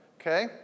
okay